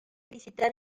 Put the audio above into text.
visitar